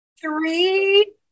Three